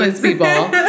people